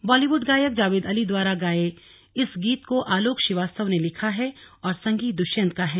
बॉलीवुड गायक जावेद अली द्वारा गाये गये इस गीत को आलोक श्रीवास्तव ने लिखा है और संगीत दुष्यंत का है